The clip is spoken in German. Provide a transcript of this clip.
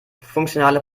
funktionale